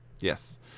Yes